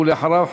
ואחריו,